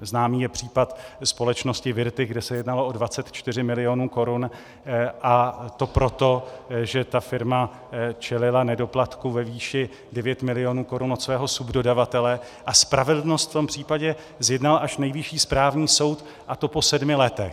Známý je případ společnosti Vyrtych, kde se jednalo o 24 milionů korun, a to proto, že ta firma čelila nedoplatku ve výši 9 milionů korun od svého subdodavatele, a spravedlnost v tom případě zjednal až Nejvyšší správní soud, a to po sedmi letech.